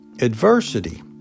adversity